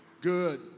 Good